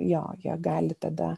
jo jie gali tada